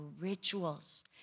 rituals